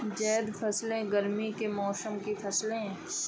ज़ैद फ़सलें गर्मी के मौसम की फ़सलें हैं